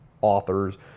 authors